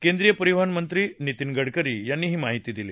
केंद्रीय परिवहन मंत्री नितीन गडकरी यांनी ही माहिती दिली